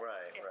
Right